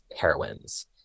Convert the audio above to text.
heroines